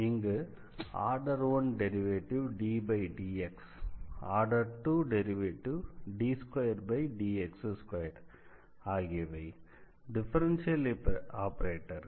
இங்கு order 1 derivative ddx order 2 derivative d2dx2 ஆகியவை differential ஆபரேட்டர்கள்